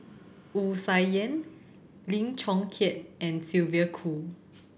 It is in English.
Wu Tsai Yen Lim Chong Keat and Sylvia Kho